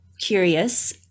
curious